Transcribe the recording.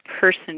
person